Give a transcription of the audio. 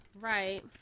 right